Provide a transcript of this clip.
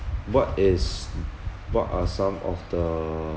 what is what are some of the